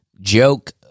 joke